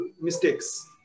mistakes